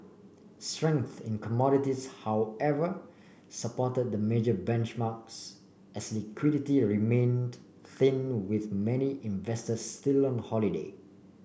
strength in commodities however supported the major benchmarks as liquidity remained thin with many investors still on holiday